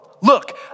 Look